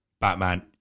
Batman